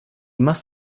must